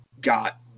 got